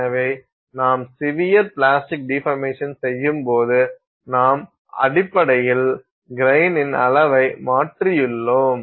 எனவே நாம் severe plastic deformation செய்யும்போது நாம் அடிப்படையில் கிரைன் அளவை மாற்றியுள்ளோம்